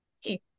hey